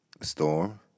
storm